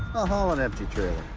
i'll haul an empty trailer.